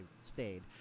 stayed